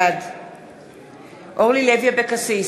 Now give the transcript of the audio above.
בעד אורלי לוי אבקסיס,